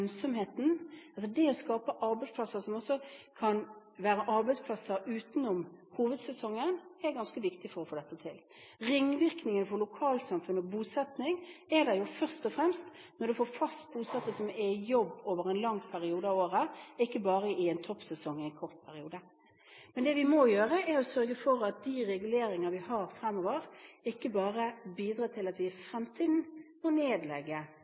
ganske viktig for å få til dette. Ringvirkninger for lokalsamfunn og bosetting får man først og fremst når man får fast bosatte som er i jobb over en lang periode av året – ikke bare i en toppsesong en kort periode. Vi må sørge for at de reguleringene vi har fremover, ikke bare bidrar til at vi i fremtiden må nedlegge